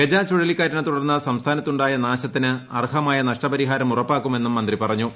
ഗജ ചുഴലിക്കാറ്റിനെ തുടർന്ന് സംസ്ഥാന ത്തുണ്ടായ നാശത്തിന് അർഹമായ നഷ്ടപരിഹാരം ഉറപ്പാക്കുമെന്നും മന്ത്രി പറഞ്ഞു